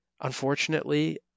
unfortunately